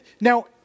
Now